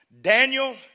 Daniel